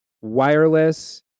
wireless